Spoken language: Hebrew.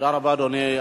תודה רבה, אדוני.